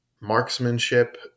marksmanship